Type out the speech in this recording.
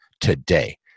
today